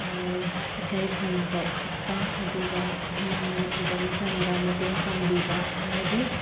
ꯏꯀꯥꯏ ꯈꯨꯝꯅꯕ ꯎꯠꯄ ꯑꯗꯨꯒ ꯑꯍꯜ ꯂꯃꯟ ꯎꯕ ꯃꯇꯝꯗ ꯃꯇꯦꯡ ꯄꯥꯡꯕꯤꯕ ꯑꯃꯗꯤ